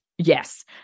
Yes